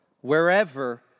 wherever